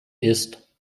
ist